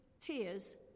tears